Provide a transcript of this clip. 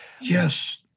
Yes